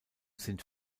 sind